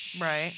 Right